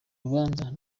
urubanza